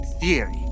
Theory